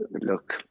look